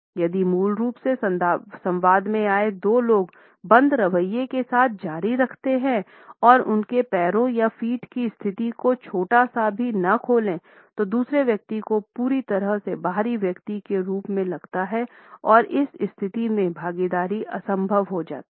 यदि मूल रूप से संवाद में आए दो लोग बंद रवैये के साथ जारी रखते हैं और उनके पैरों या फ़ीट की स्थिति को छोटा सा भी न खोलें तो दूसरे व्यक्ति को पूरी तरह से बाहरी व्यक्ति के रूप में लगता है और इस स्थिति में भागीदारी असंभव हो जाती है